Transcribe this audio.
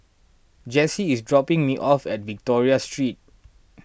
Jessee is dropping me off at Victoria Street